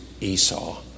Esau